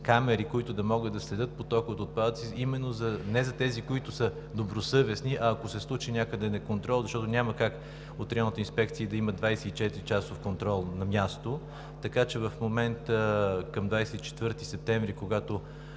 камери, които да могат да следят потока от отпадъци, именно не за тези, които са добросъвестни, а ако се случи някъде неконтрол, защото няма как от районните инспекции да имат 24-часов контрол на място. В момента към 24 септември, когато